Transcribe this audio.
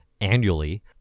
annually